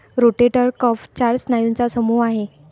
rotator cuff चार स्नायूंचा समूह आहे